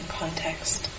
context